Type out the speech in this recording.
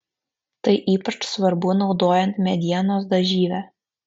tai ypač svarbu naudojant medienos dažyvę